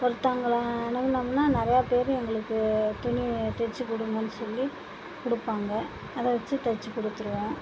ஒருத்தவங்கள அணுகுனோம்னா நிறையா பேர் எங்களுக்கு துணி தைச்சிக் கொடுங்கன்னு சொல்லி கொடுப்பாங்க அதை வச்சு தைச்சிக் கொடுத்துருவோம்